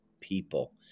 people